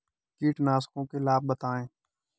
कीटनाशकों के लाभ बताएँ?